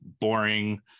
boring